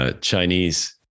Chinese